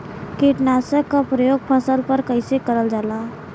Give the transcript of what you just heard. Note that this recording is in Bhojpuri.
कीटनाशक क प्रयोग फसल पर कइसे करल जाला?